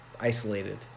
isolated